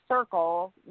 circle